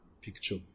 picture